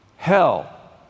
Hell